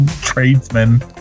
tradesmen